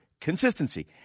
consistency